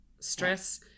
stress